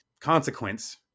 consequence